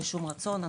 שום רצון,